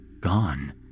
gone